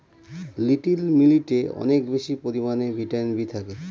little মিলেটে অনেক বেশি পরিমানে ভিটামিন বি থাকে